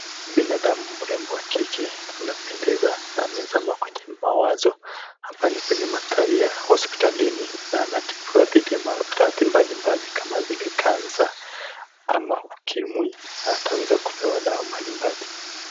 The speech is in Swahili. Binadamu mrembo wa kike anapendeza na amezama kwenye mawazo. Hapa ni kwenye mandhari ya hospitalini na anatibiwa dhidhi ya maradhi mbalimbali kama vile kansa ama ukimwi na ataweza kupewa dawa mbalimbali.